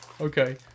Okay